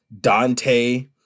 Dante